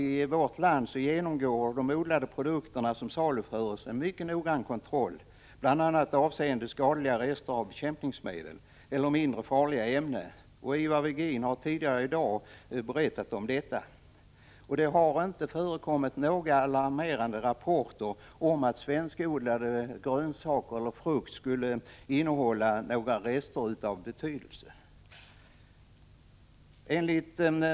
I vårt land genomgår de odlade produkter som saluförs en mycket noggrann kontroll bl.a. avseende skadliga rester av bekämpningsmedel eller mindre farliga ämnen. Ivar Virgin har tidigare i dag berättat om detta. Hittills har inga alarmerande rapporter kommit om att grönsaker eller frukt som odlats i Sverige skulle innehålla några rester av betydelse.